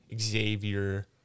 Xavier